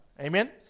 Amen